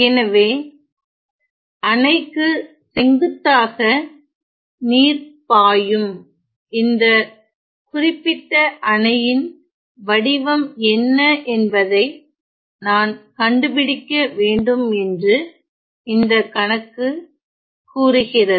எனவே அணைக்கு செங்குத்தாக நீர் பாயும் இந்த குறிப்பிட்ட அணையின் வடிவம் என்ன என்பதை நான் கண்டுபிடிக்க வேண்டும் என்று இந்த கணக்கு கூறுகிறது